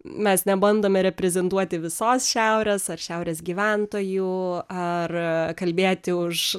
mes nebandome reprezentuoti visos šiaurės ar šiaurės gyventojų ar kalbėti už